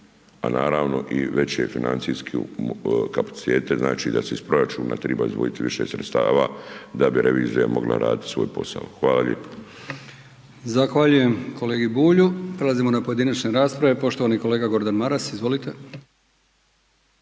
a naravno i veće financijske kapacitete, znači da se iz proračuna triba izdvojiti više sredstava da bi revizija mogla raditi svoj posao. Hvala lijepo. **Brkić, Milijan (HDZ)** Zahvaljujem kolegi Bulju. Prelazimo na pojedinačne rasprave. Poštovani kolega Gordan Maras.